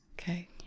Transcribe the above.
okay